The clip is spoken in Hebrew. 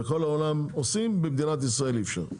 בכל העולם עושים, במדינת ישראל אי אפשר.